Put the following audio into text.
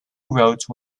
wrote